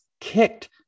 kicked